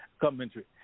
commentary